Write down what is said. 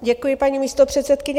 Děkuji, paní místopředsedkyně.